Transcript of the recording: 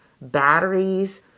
batteries